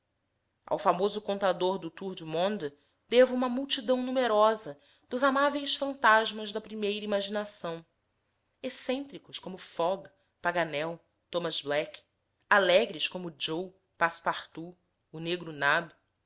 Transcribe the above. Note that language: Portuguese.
ao famoso contador do tour du monde devo uma multidão numerosa dos amáveis fantasmas da primeira imaginação excêntricos como fogg paganel thomas black alegres como joe passepartout o negro nab